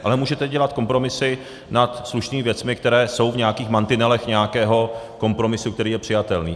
Ale můžete dělat kompromisy nad slušnými věcmi, které jsou v nějakých mantinelech nějakého kompromisu, který je přijatelný.